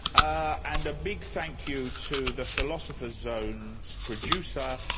ah and a big thank you to the philosopher's zone's producer,